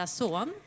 son